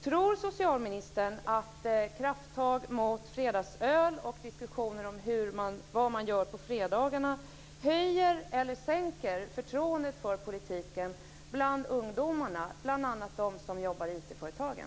Tror socialministern att krafttag mot fredagsöl och diskussioner om vad man gör på fredagarna höjer eller sänker förtroendet för politiken bland ungdomarna, bl.a. bland dem som jobbar i IT-företagen?